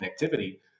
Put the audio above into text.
connectivity